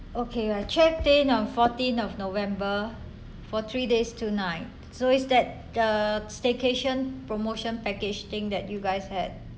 okay I checked in on fourteenth of november for three days two night so is that uh staycation promotion package thing that you guys had